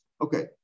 Okay